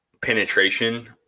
penetration